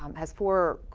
um has four,